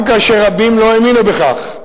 גם כאשר רבים לא האמינו בכך.